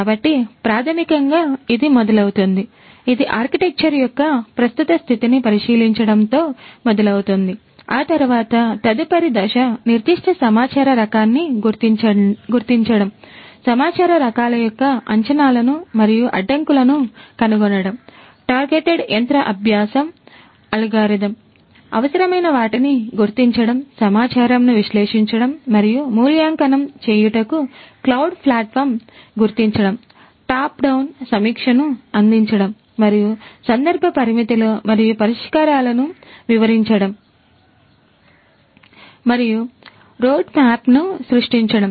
కాబట్టి ప్రాథమికంగా ఇది మొదలవుతుంది ఇది ఆర్కిటెక్చర్ యొక్క ప్రస్తుత స్థితిని పరిశీలించడంతో మొదలవుతుంది ఆ తరువాత తదుపరి దశ నిర్దిష్ట సమాచార రకాన్ని గుర్తించడం సమాచార రకాల యొక్క అంచనాలను మరియు అడ్డంకులను కనుగొనడం టార్గెటెడ్ యంత్ర అభ్యాస అల్గోరిథం సమీక్షను అందించడం మరియు సందర్భ పరిమితులు మరియు పరిష్కారాలను వివరించడం మరియు రోడ్మ్యాప్ను సృష్టించడం